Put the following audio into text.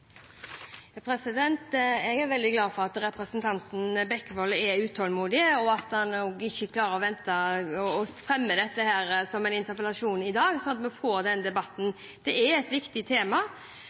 utålmodig, og at han ikke klarer å vente, men fremmer denne interpellasjonen i dag, slik at vi får denne debatten. Det er et viktig tema.